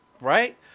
Right